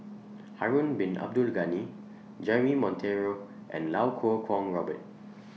Harun Bin Abdul Ghani Jeremy Monteiro and Lau Kuo Kwong Robert